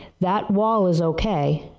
that wall is okay.